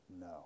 No